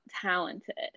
talented